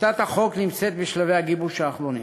טיוטת החוק נמצאת בשלבי הגיבוש האחרונים.